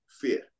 Fear